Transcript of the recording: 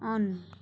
on